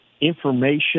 information